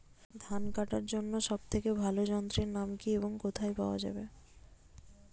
ধান কাটার জন্য সব থেকে ভালো যন্ত্রের নাম কি এবং কোথায় পাওয়া যাবে?